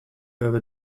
over